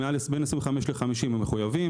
בין 25 ל-50 המחויבים,